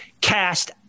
cast